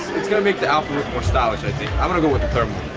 it's gonna make the outfit more stylish. i think i'm gonna go with the thermal.